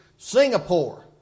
Singapore